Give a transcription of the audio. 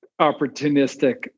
opportunistic